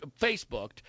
Facebooked